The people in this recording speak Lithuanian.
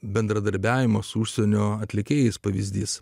bendradarbiavimo su užsienio atlikėjais pavyzdys